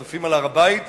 הצופים על הר-הבית,